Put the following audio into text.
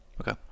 Okay